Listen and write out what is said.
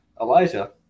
Elijah